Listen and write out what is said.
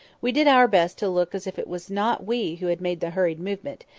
we did our best to look as if it was not we who had made the hurried movement,